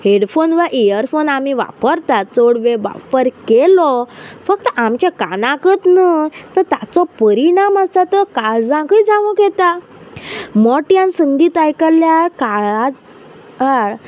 headphone वा earphone आमी वापरतात चोड वेळ वापर केलो फक्त आमच्या कानाकच न्हय तर ताचो परिणाम आसा तो काळजाकय जावंक येता मोट्यान संगीत आयकल्ल्या काळांत काळ